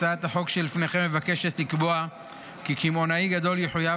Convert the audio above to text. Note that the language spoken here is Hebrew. הצעת החוק שלפניכם מבקשת לקבוע כי קמעונאי גדול יחויב